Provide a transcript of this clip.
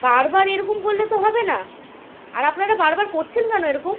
বারবার এরকম করলে তো হবে না আর আপনারা বারবার করছেন কেন এরকম